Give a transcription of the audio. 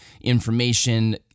information